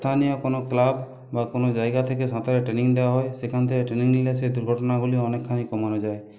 স্থানীয় কোনো ক্লাব বা কোনো জায়গা থেকে সাঁতারের ট্রেনিং দেওয়া হয় সেখান থেকে ট্রেনিং নিলে সেই দুর্ঘটনাগুলি অনেকখানি কমানো যায়